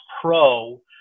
pro